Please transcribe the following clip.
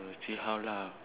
oh see how lah